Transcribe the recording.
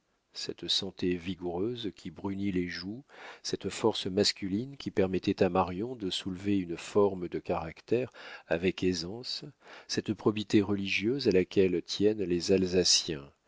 cette santé vigoureuse qui brunit les joues cette force masculine qui permettait à marion de soulever une forme de caractères avec aisance cette probité religieuse à laquelle tiennent les alsaciens